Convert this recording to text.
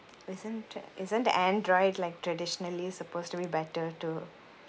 isn't t~ isn't the android like traditionally supposed to be better to